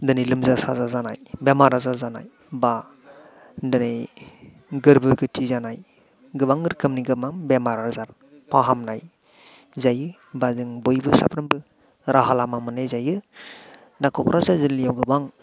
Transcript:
दिनै लोमजा साजा जानाय बेराम आजार जानाय बा दिनै गोरबो गोथि जानाय गोबां रोखोमनि गोबां बेराम आजार फाहामनाय जायो एबा जों बयबो साफ्रोमबो राहा लामा मोननाय जायो दा क'क्राझार जिल्लायाव गोबां